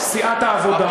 סיעת העבודה.